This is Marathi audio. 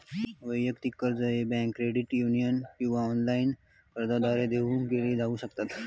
वैयक्तिक कर्ज बँका, क्रेडिट युनियन किंवा ऑनलाइन कर्जदारांद्वारा देऊ केला जाऊ शकता